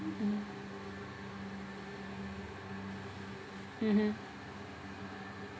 mm mmhmm